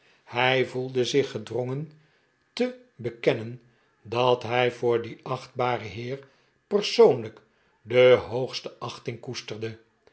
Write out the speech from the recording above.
hij voelde zich gedrongen te bekennen dat hij voor dien achtbaren heer persoonlijk de hoogste achting koesterde